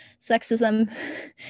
sexism